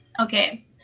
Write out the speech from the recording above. Okay